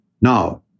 Now